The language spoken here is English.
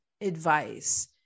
advice